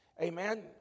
Amen